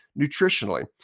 nutritionally